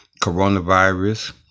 coronavirus